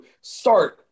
start